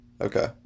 Okay